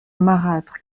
marâtre